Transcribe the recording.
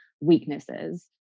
weaknesses